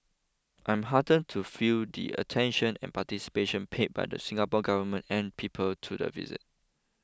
I'm heartened to feel the attention and anticipation paid by the Singapore Government and people to the visit